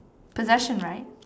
possession right